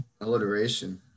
alliteration